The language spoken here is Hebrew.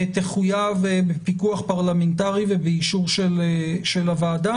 תחויב בפיקוח פרלמנטרי ובאישור של הוועדה.